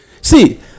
See